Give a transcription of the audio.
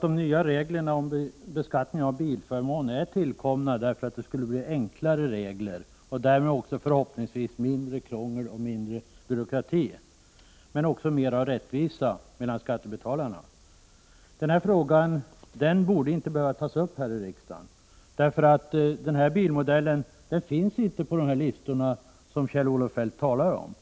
De nya reglerna om beskattning av bilförmån är tillkomna därför att de skulle vara enklare och därmed också förhoppningsvis leda till mindre krångel och mindre byråkrati. De skulle också leda till ökad rättvisa skattebetalarna emellan. Den här frågan skulle egentligen inte behöva tas upp här i riksdagen, för den bilmodell jag har nämnt i min fråga finns inte med i de listor som Kjell-Olof Feldt talar om.